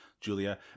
Julia